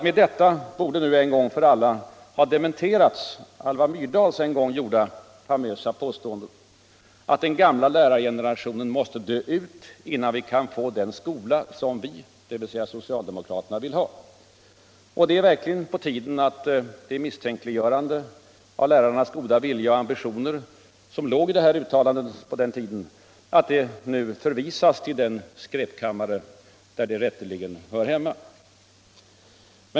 Med det borde hon en gång för alla ha dementerat Alva Myrdals famösa påstående vid ett tillfälle att den gamla lärargenerationen måste dö ut innan vi kan få den skola som vi, dvs. socialdemokraterna, vill ha. Det är verkligen på tiden att det misstänkliggörande av lärarnas goda vilja och ambitioner som låg i det uttalandet på den tiden nu förvisas till den skräpkammare där det rätteligen hör hemma.